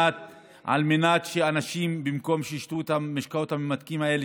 במקום שיישתו את המשקאות הממותקים האלה,